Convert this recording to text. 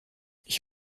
ich